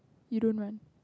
you don't want